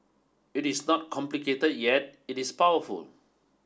it is not complicate yet it is powerful